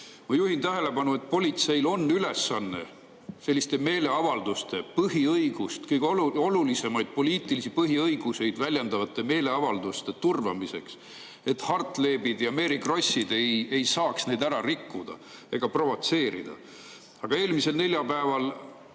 juhin tähelepanu, et politseil on ülesanne turvata selliseid meeleavaldusi, turvata kõige olulisemaid poliitilisi põhiõigusi väljendavaid meeleavaldusi, et Hartlebid ja Mary Krossid ei saaks neid ära rikkuda ega provotseerida. Aga eelmisel neljapäeval